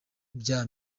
bya